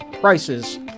prices